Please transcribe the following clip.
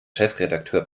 chefredakteur